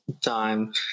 time